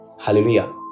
Hallelujah